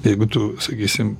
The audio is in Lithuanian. jeigu tu sakysim